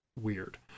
weird